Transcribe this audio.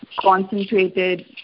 concentrated